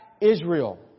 Israel